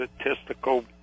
statistical